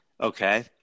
Okay